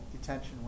detention